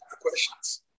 questions